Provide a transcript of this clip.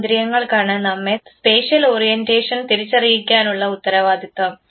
ഈ ഇന്ദ്രിയങ്ങൾക്കാണ് നമ്മെ സ്പേഷ്യൽ ഓറിയൻറേഷൻ തിരിച്ചറിയിക്കാനുള്ള ഉത്തരവാദിത്തം